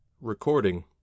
Recording